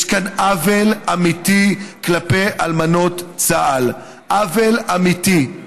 יש כאן עוול אמיתי כלפי אלמנות צה"ל, עוול אמיתי.